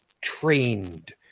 trained